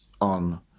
on